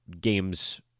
game's